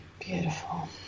Beautiful